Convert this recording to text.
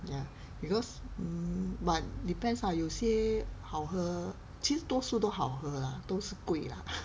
ya because mm but depends 啦有些好喝其实多数都好喝啦都是贵啦